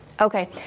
Okay